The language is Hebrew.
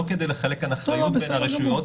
לא כדי לחלק כאן אחריות בין הרשויות.